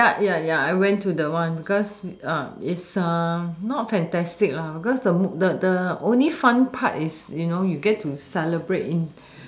ya ya ya I went to the one because it's not fantastic cause the the the only fun part is you know you get to celebrate in